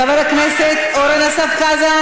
חבר הכנסת אורן אסף חזן,